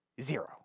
zero